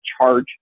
charge